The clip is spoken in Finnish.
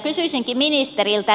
kysyisinkin ministeriltä